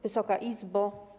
Wysoka Izbo!